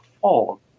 fall